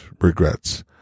regrets